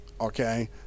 Okay